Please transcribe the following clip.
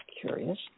Curious